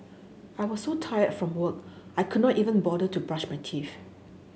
I was so tired from work I could not even bother to brush my teeth